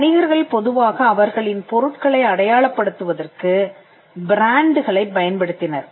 வணிகர்கள் பொதுவாக அவர்களின் பொருட்களை அடையாளப்படுத்துவதற்கு பிராண்டுகளை பயன்படுத்தினர்